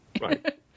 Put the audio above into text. Right